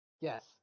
Yes